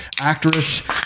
actress